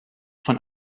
von